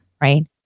right